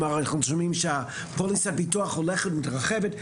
אנחנו שומעים שפוליסת הביטוח הולכת ומתרחבת.